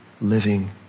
living